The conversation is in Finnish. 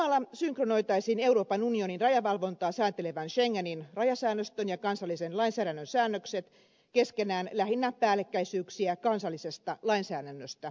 samalla synkronoitaisiin euroopan unionin rajavalvontaa sääntelevän schengenin rajasäännöstön ja kansallisen lainsäädännön säännökset keskenään lähinnä päällekkäisyyksiä kansallisesta lainsäädännöstä poistamalla